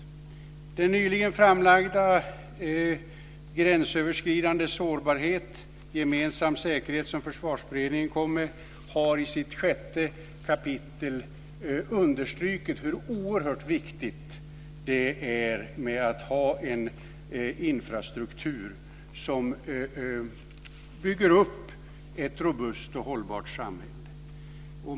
Den av Försvarsberedningen nyligen framlagda rapporten Gränsöverskridande sårbarhet - Gemensam säkerhet, har i sitt sjätte kapitel understrukit hur oerhört viktigt det är att ha en infrastruktur som bygger upp ett robust och hållbart samhälle.